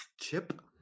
Chip